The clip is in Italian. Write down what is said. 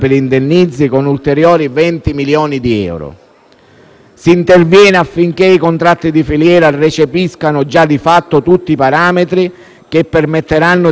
È previsto lo stanziamento di 2 milioni di euro per le imprese olivicole dei Monti Pisani, che hanno subito i devastanti incendi recenti.